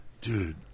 dude